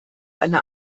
eine